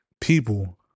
people